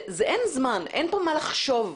אין זמן ואין כאן מה לחשוב.